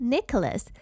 Nicholas